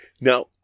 Now